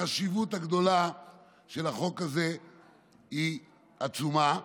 החשיבות של החוק הזה היא עצומה.